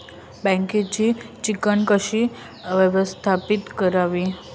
बँकेची चिकण कशी व्यवस्थापित करावी?